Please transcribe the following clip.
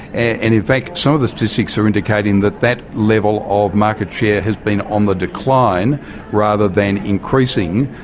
and in fact some of the statistics are indicating that that level of market share has been on the decline rather than increasing.